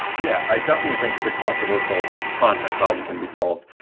yeah, i definitely think the controversial content problem can be solved.